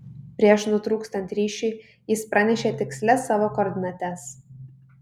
prieš nutrūkstant ryšiui jis pranešė tikslias savo koordinates